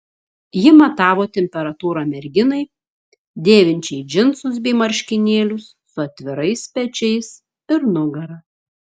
ji matavo temperatūrą merginai dėvinčiai džinsus bei marškinėlius su atvirais pečiais ir nugara